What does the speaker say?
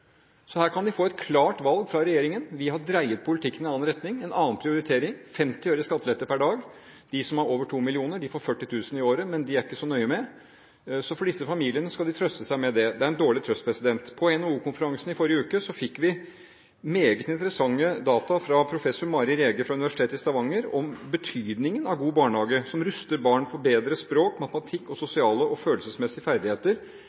Her kan de få et klart valg fra regjeringen. Regjeringen har dreiet politikken i en annen retning og har en annen prioritering: 50 øre i skattelette per dag. De som har over 2 mill. kr i inntekt får 40 000 kr i skattelette i året, men de er det ikke så nøye med. Disse barnefamiliene får trøste seg med det. Det er en dårlig trøst. På NHO-konferansen i forrige uke fikk vi meget interessante data fra professor Mari Rege ved Universitetet i Stavanger om betydningen av gode barnehager, som ruster barn for bedre språk- og matematikkferdigheter og bedre sosiale og følelsesmessige ferdigheter,